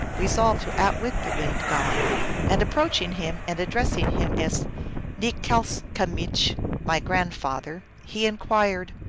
re solved to outwit the wind-god. and approaching him and addressing him as nikslcamich, my grand father, he inquired,